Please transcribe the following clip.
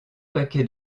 paquets